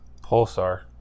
Pulsar